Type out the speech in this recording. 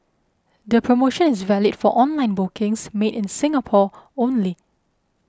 the promotion is valid for online bookings made in Singapore only